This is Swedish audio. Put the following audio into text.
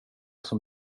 som